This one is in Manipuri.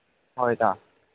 ꯍꯣꯏ ꯏꯇꯥꯎ